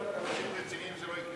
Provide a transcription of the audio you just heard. אנשים רציניים זה לא יקרה להם.